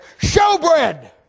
Showbread